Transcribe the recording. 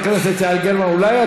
התנגדנו לעניין הזה,